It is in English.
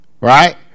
right